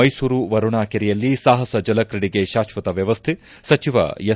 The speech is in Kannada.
ಮೈಸೂರು ವರುಣಾ ಕೆರೆಯಲ್ಲಿ ಸಾಹಸ ಜಲಕ್ರೀಡೆಗೆ ಶಾಕ್ವತ ವ್ಯವಸ್ಥೆ ಸಚಿವ ಎಸ್